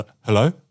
hello